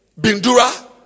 Bindura